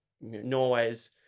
Norway's